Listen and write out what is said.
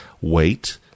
wait